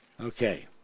Okay